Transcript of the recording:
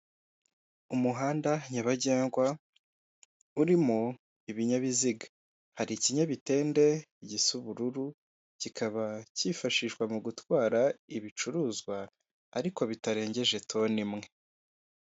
Umuhanda nyabagendwa urimo ibinyabiziga hari ikinyabitende igisa ubururu kikaba cyifashishwa mu gutwara ibicuruzwa ariko bitarengeje toni imwe.